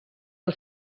del